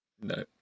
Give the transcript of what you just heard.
No